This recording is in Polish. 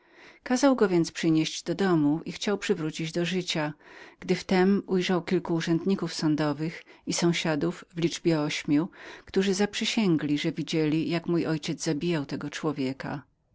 go więc przenieść do domu i chciał przywrócić do życia gdy w tem ujrzał kilku ludzi z sądu i sąsiadów w liczbie ośmiu którzy zaprzysięgli że widzieli jak mój ojciec zabijał tego człowieka